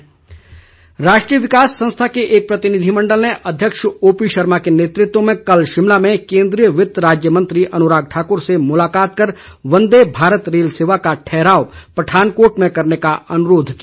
प्रतिनिधिमंडल राष्ट्रीय विकास संस्था के एक प्रतिनिधिमंडल ने अध्यक्ष ओपी शर्मा के नेतृत्व में कल शिमला में केंद्रीय वित्त राज्य मंत्री अनुराग ठाकुर से मुलाकात कर वंदे भारत रेल सेवा का ठहराव पठानकोट में करने का अनुरोध किया